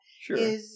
Sure